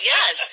Yes